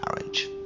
marriage